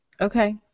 Okay